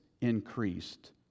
increased